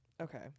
Okay